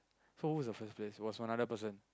so who is the first place was for another person